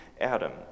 Adam